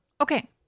Okay